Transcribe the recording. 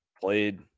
played